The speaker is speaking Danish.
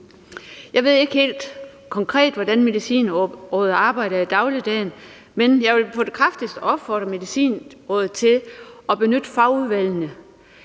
Jeg ved ikke helt konkret, hvordan Medicinrådet arbejder i dagligdagen, men jeg vil på det kraftigste opfordre Medicinrådet til at benytte fagudvalgene.